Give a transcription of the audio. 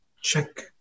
check